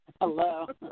Hello